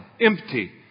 empty